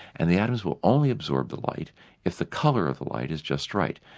and the atoms will only absorb the light if the colour of the light is just right.